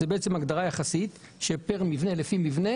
זאת בעצם הגדרה יחסית כאשר לפי מבנה